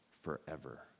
forever